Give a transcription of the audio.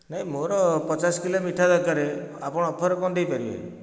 ନାଇଁ ମୋର ପଚାଶ କିଲୋ ମିଠା ଦରକାର ଆପଣ ଅଫର୍ କଣ ଦେଇ ପାରିବେ